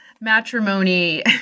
matrimony